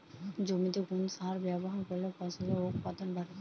জমিতে কোন সার ব্যবহার করলে ফসলের উৎপাদন বাড়ে?